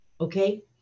Okay